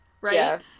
Right